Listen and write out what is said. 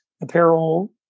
apparel